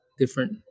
different